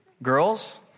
Girls